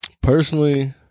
Personally